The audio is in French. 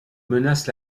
menacent